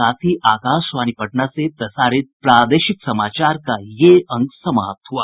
इसके साथ ही आकाशवाणी पटना से प्रसारित प्रादेशिक समाचार का ये अंक समाप्त हुआ